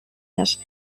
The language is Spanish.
las